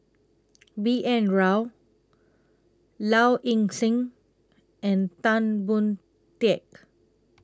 B N Rao Low Ing Sing and Tan Boon Teik